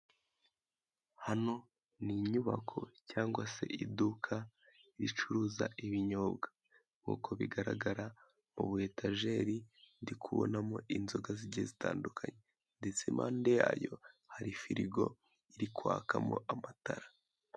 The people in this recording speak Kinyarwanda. Habo ni inyubako cyangwa se iduka ricuruza ibinyobwa, uko bigaraga mu bu etajeri ndi kubonamo inzoga zigiye zitandukanye, ndetse impande yayo hari firigo iri kwakamo amatara.